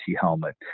helmet